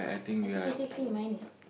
I think basically mine is